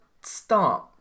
start